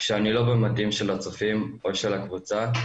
כשאני לא במדים של הצופים או של הקבוצה,